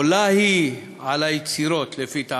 עולה היא, על היצירות, לפי טעמנו,